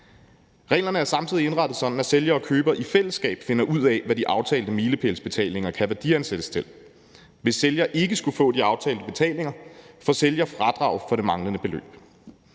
Reglerne er samtidig indrettet sådan, at sælger og køber i fællesskab finder ud af, hvad de aftalte milepælsbetalinger kan værdiansættes til. Hvis sælger ikke skulle få de aftalte betalinger, får sælger fradrag for det manglende beløb.